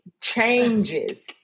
changes